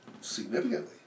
significantly